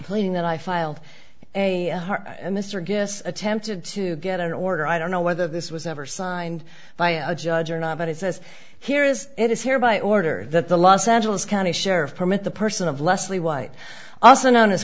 playing that i filed a mr guess attempted to get an order i don't know whether this was ever signed by a judge or not but it says here is it is hereby ordered that the los angeles county sheriff permit the person of leslie white also kno